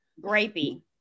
Grapey